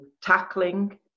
tackling